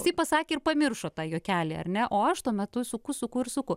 jisai pasakė ir pamiršo tą juokelį ar ne o aš tuo metu suku suku ir suku